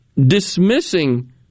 dismissing